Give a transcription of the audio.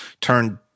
turned